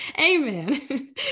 Amen